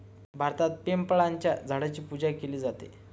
भारतात पिंपळाच्या झाडाची पूजा केली जाते